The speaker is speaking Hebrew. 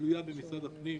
תלויה במשרד הפנים,